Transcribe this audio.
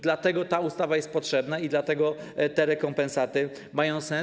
Dlatego ta ustawa jest potrzebna i dlatego te rekompensaty mają sens.